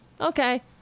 okay